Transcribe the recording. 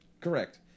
Correct